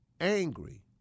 angry